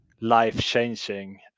life-changing